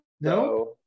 No